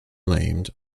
blamed